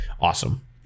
awesome